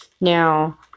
Now